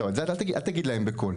את זה אל תגיד להם בקול.